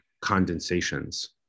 condensations